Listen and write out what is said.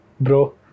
bro